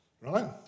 right